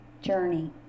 journey